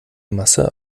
masse